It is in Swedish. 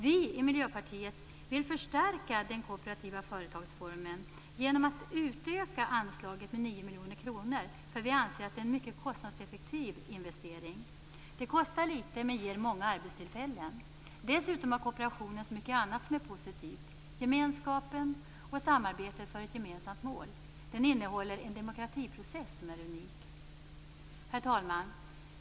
Vi i Miljöpartiet vill förstärka den kooperativa företagsformen genom att utöka anslaget med 9 miljoner kronor därför att vi anser att det är en mycket kostnadseffektiv investering. Det kostar litet men ger många arbetstillfällen. Dessutom har kooperationen så mycket annat som är positivt, gemenskapen och samarbetet för ett gemensamt mål. Den innehåller en demokratiprocess som är unik. Herr talman!